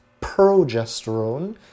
progesterone